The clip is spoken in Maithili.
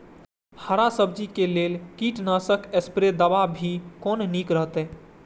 हरा सब्जी के लेल कीट नाशक स्प्रै दवा भी कोन नीक रहैत?